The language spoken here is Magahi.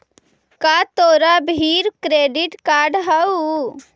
का तोरा भीर क्रेडिट कार्ड हउ?